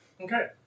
Okay